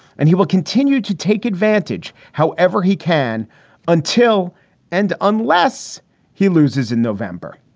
and he will continue to take advantage. however, he can until and unless he loses in november.